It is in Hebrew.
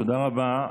תודה רבה.